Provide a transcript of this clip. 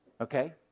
Okay